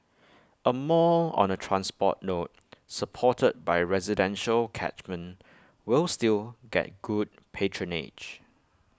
A mall on A transport node supported by residential catchment will still get good patronage